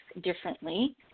differently